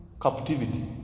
captivity